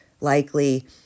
likely